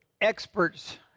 experts